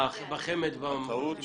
בחמ"ד --- הטעות שלך,